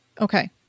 Okay